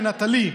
לנטלי,